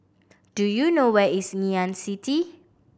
do you know where is Ngee Ann City